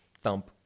thump